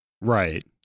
Right